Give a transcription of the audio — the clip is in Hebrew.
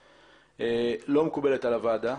לא מקובלת על הוועדה.